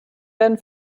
werden